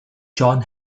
john